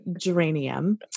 geranium